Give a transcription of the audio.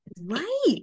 Right